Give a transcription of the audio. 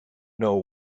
know